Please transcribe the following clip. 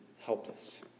helpless